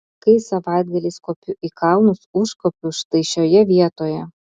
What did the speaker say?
kai savaitgaliais kopiu į kalnus užkopiu štai šioje vietoje